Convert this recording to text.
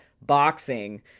boxing